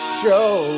show